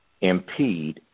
impede